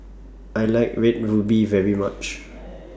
I like Red Ruby very much